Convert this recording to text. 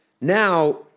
Now